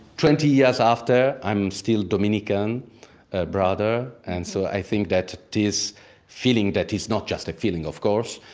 twenty years after, i'm still dominican brother. and so i think that this feeling, that is not just a feeling of course,